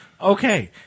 Okay